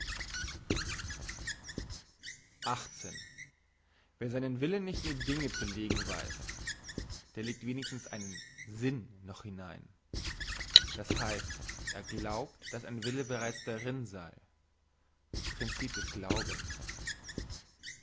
wer seinen willen nicht in die dinge zu legen weiss der legt wenigstens einen sinn noch hinein das heisst er glaubt dass ein wille bereits darin sei princip des glaubens